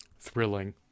thrilling